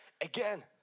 again